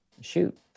shoot